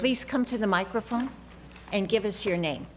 please come to the microphone and give us your name